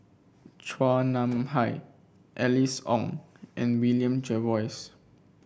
Chua Nam Hai Alice Ong and William Jervois